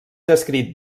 descrit